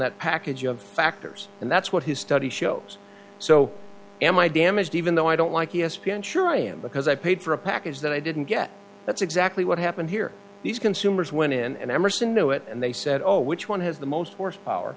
that package of factors and that's what his study shows so am i damaged even though i don't like e s p n sure i am because i paid for a package that i didn't get that's exactly what happened here these consumers went in and emerson knew it and they said oh which one has the most horsepower